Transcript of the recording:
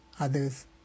Others